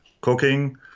cooking